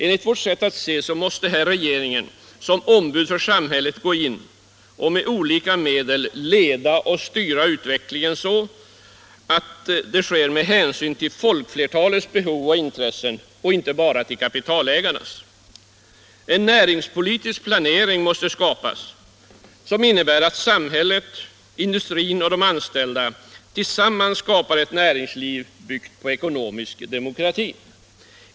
Enligt vårt sätt att se måste regeringen här som ombud för samhället gå in och med olika medel leda och styra utvecklingen, så att man tar hänsyn till folkflertalets Näringspolitiken Näringspolitiken behov och intressen och inte bara till kapitalägarnas. En näringspolitisk planering måste skapas, som innebär att samhället, industrin och de anställda tillsammans skapar ett näringsliv, byggt på ekonomisk demokrati.